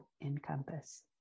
encompass